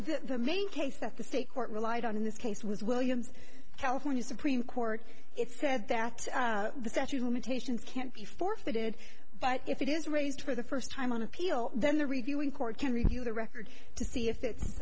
the main case that the state court relied on in this case was williams california supreme court it says that the statute of limitations can't be forfeited but if it is raised for the first time on appeal then the reviewing court can review the record to see if it